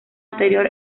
anterior